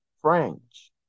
French